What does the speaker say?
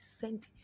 sent